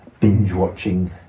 binge-watching